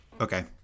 Okay